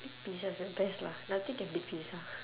pizza is the best lah nothing can beat pizza